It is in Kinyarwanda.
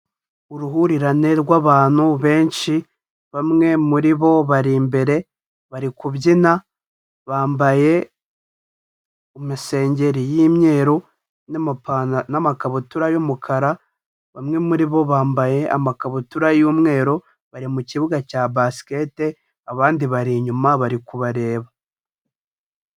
Uruhurirane rw'abantu benshi, bamwe muri bo bari imbere bari kubyina, bambaye amasengeri y'imyeru n'amapantaro n'amakabutura y'umukara, bamwe muri bo bambaye amakabutura y'umweru bari mu kibuga cya basket, abandi bari inyuma bari kubareba.